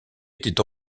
était